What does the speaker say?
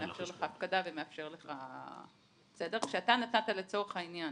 מאפשר לך הפקדה ומאפשר לך --- כשאתה נתת לצורך העניין